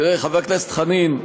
תראה, חבר הכנסת חנין,